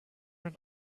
ran